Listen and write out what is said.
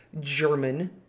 German